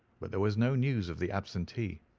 but there was no news of the absentee.